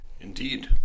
Indeed